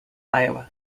iowa